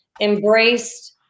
embraced